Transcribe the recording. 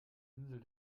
insel